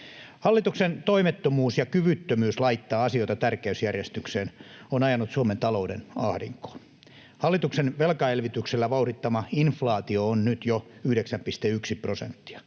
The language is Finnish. Hallituksen toimettomuus ja kyvyttömyys laittaa asioita tärkeysjärjestykseen on ajanut Suomen talouden ahdinkoon. Hallituksen velkaelvytyksellä vauhdittama inflaatio on nyt jo 9,1 prosenttia.